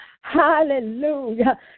Hallelujah